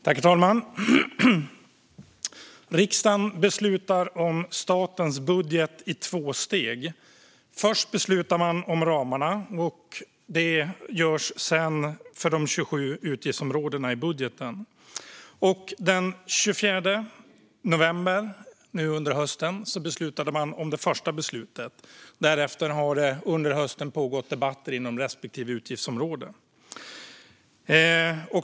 Herr talman! Riksdagen beslutar om statens budget i två steg. Först beslutar man om ramarna. Sedan fattas beslut för de 27 utgiftsområdena i budgeten. Den 24 november under hösten fattades det första beslutet. Därefter har under hösten pågått debatter inom respektive utgiftsområde.